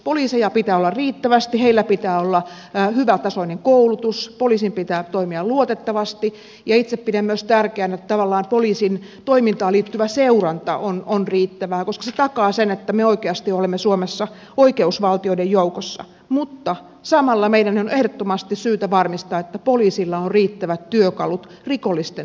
poliiseja pitää olla riittävästi heillä pitää olla hyvätasoinen koulutus poliisin pitää toimia luotettavasti ja itse pidän myös tärkeänä että tavallaan poliisin toimintaan liittyvä seuranta on riittävää koska se takaa sen että me oikeasti olemme suomessa oikeusvaltioiden joukossa mutta samalla meidän on ehdottomasti syytä varmistaa että poliisilla on riittävät työkalut rikollisten saamiseksi kiinni